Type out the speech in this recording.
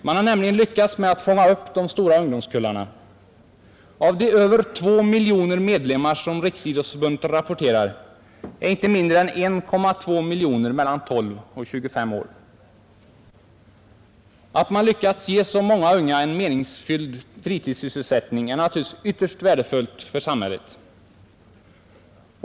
De har nämligen lyckats fånga upp de stora ungdomskullarna. Av de över 2 miljoner medlemmar som Riksidrottsförbundet rapporterar är inte mindre än 1,2 miljoner mellan 12 och 25 år. Att man lyckats ge så många unga en meningsfylld fritidssysselsättning är naturligtvis ytterst värdefullt för samhället.